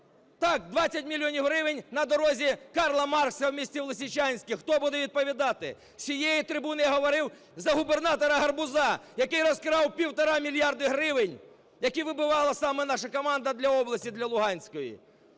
так, 20 мільйонів гривень на дорозі Карла Маркса в місті Лисичанськ. Хто буде відповідати? З цієї трибуни я говорив за губернатора Гарбуза, який розкрав півтора мільярди гривень, які вибивала саме наша команда для області, для Луганської.